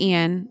Ian